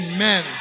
Amen